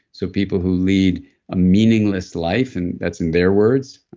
so people who lead a meaningless life, and that's in their words,